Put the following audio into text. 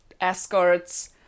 escorts